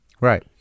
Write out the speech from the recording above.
Right